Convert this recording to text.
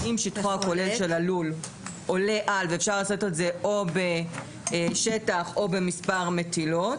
ואם שטחו הכולל של הלול עולה על ואפשר לתת או בשטח או במספר מטילות